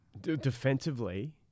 defensively